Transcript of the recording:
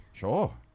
Sure